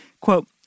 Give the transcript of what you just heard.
Quote